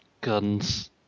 Guns